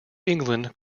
england